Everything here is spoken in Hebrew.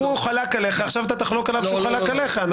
הוא חלק עליך ועכשיו אתה תחלוק עליו על מה שהוא חלק עליך.